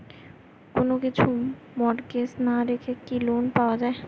কোন কিছু মর্টগেজ না রেখে কি লোন পাওয়া য়ায়?